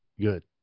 good